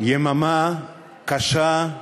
יממה קשה,